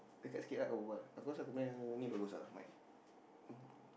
dekat sikit ah kau berbual aku rasa aku punya ini bagus ah